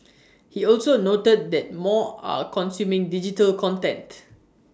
he also noted that more are consuming digital content